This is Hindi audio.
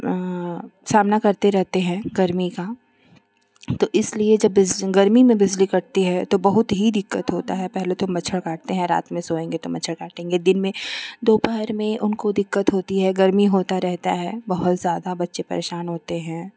सामना करते रहते हैं गर्मी का तो इसलिए जब गर्मी में बिजली कटती है तो बहुत ही दिक्कत होता है पहले तो मच्छर काटते हैं रात में सोएँगे तो मच्छर काटेंगे दिन में दोपहर में उनको दिक्कत होती है गर्मी होता है बहुत ज़्यादा बच्चे परेशान होते हैं